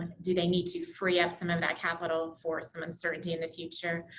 do they need to free up some of that capital for some uncertainty in the future.